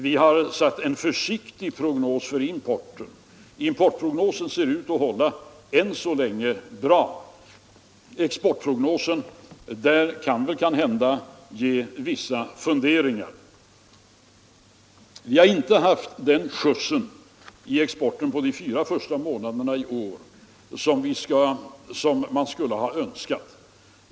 Vi har gjort en försiktig prognos för importen. Importprognosen ser ut att hålla bra än så länge. Exportprognosen kan kanske ge anledning till vissa funderingar. Vi hade inte den skjuts i exporten under de fyra första månaderna i år som man skulle ha önskat.